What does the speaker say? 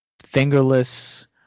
Fingerless